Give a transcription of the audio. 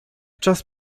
czas